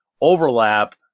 overlap